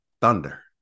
Thunder